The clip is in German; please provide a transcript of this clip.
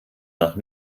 nach